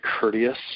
courteous